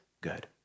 good